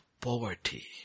poverty